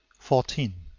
fourteen.